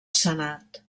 senat